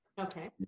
okay